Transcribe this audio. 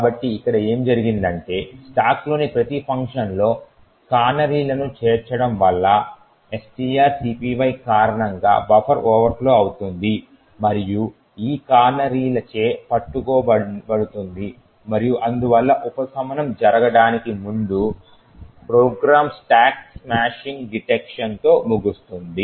కాబట్టి ఇక్కడ ఏమి జరిగిందంటే స్టాక్లోని ప్రతి ఫంక్షన్లో కానరీలను చేర్చడం వల్ల strcpy కారణంగా బఫర్ ఓవర్ ఫ్లో అవుతుంది మరియు ఈ కానరీలచే పట్టుకోబడుతుంది మరియు అందువల్ల ఉపశమనం జరగడానికి ముందు ప్రోగ్రామ్ స్టాక్ స్మాషింగ్ డిటెక్షన్ తో ముగుస్తుంది